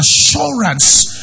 assurance